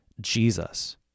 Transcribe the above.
Jesus